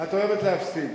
את אוהבת להפסיד.